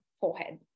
forehead